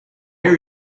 are